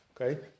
Okay